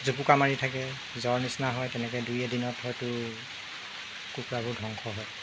জুপুকা মাৰি থাকে জ্বৰ নিচিনা হয় তেনেকৈ দুই এদিনত হয়তো কুকুৰাবোৰ ধ্বংস হয়